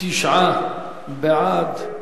תשעה בעד,